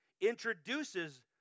introduces